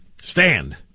stand